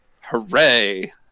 Hooray